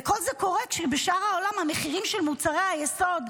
וכל זה קורה כשבשאר העולם המחירים של מוצרי היסוד,